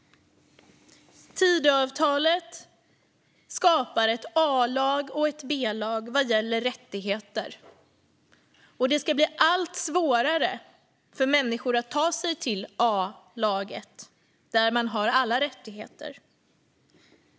Tidöavtalet skapar ett A-lag och ett B-lag vad gäller rättigheter, och det ska bli allt svårare för människor att ta sig in i A-laget, där man har alla rättigheter.